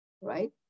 right